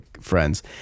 friends